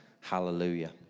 Hallelujah